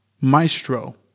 Maestro